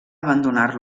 abandonar